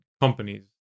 companies